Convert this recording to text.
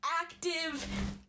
active